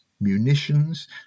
munitions